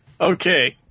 Okay